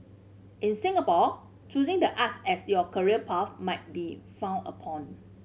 in Singapore choosing the arts as your career path might be frowned upon